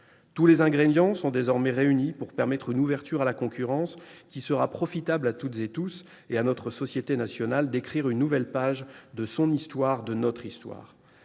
Tous les ingrédients sont désormais réunis pour permettre une ouverture à la concurrence qui sera profitable à tous et pour permettre à notre société nationale d'écrire une nouvelle page de son histoire, de notre histoire.